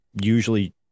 usually